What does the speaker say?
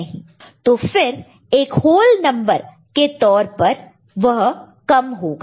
तो फिर एक होल नंबर के तौर पर वह कम होगा